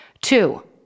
Two